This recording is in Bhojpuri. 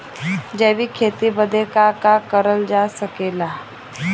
जैविक खेती बदे का का करल जा सकेला?